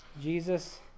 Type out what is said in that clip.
Jesus